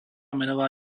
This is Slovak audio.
menová